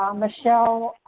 um michelle